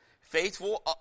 Faithful